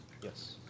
Yes